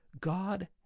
God